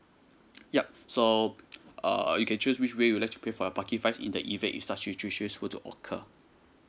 yup so uh you can choose which way you would like to pay for parking fines in the event is such to occur